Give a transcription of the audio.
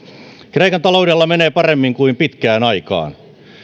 kreikan taloudella menee paremmin kuin pitkään aikaan